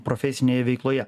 profesinėje veikloje